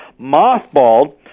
mothballed